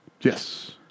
Yes